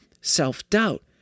self-doubt